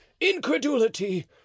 incredulity